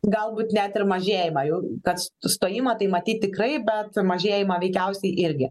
galbūt net ir mažėjimą jau kas sustojimą tai matyt tikrai bet mažėjimą veikiausiai irgi